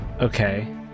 Okay